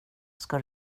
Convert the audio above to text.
ska